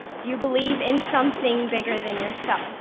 do you believe in something bigger than yourself?